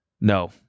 No